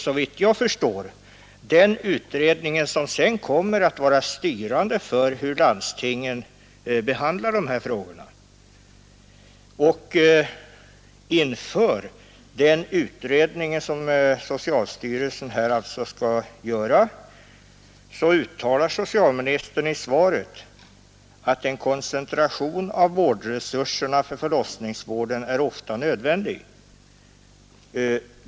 Såvitt jag förstår kommer resultatet av den utredningen att vara styrande för landstingens handläggning av dessa frågor. Inför den utredning som socialstyrelsen således skall göra uttalar socialministern i svaret att ”en koncentration av vårdresurserna för förlossningsvården är ofta nödvändig”.